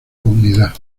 comunidad